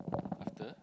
after